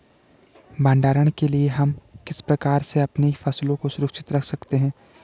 भंडारण के लिए हम किस प्रकार से अपनी फसलों को सुरक्षित रख सकते हैं?